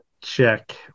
check